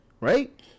right